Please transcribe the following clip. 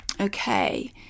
Okay